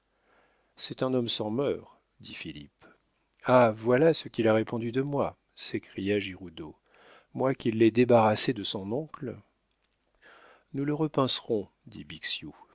c'est un homme sans mœurs dit philippe ah voilà ce qu'il a répondu de moi s'écria giroudeau moi qui l'ai débarrassé de son oncle nous le repincerons dit